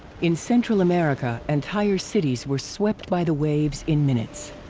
in central america, entire cities were swept by the waves in minutes.